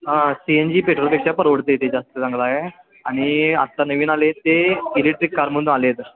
हां C N G पेट्रोलपेक्षा परवडत आहे ते जास्त चांगलं आहे आणि आता नवीन आलेत ते इलेक्ट्रिक कार म्हणून आले आहेत